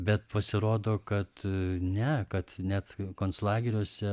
bet pasirodo kad ne kad net konclageriuose